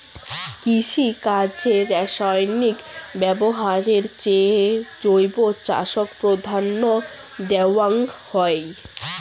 কৃষিকাজে রাসায়নিক ব্যবহারের চেয়ে জৈব চাষক প্রাধান্য দেওয়াং হই